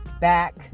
back